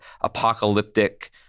apocalyptic